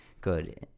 good